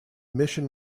mission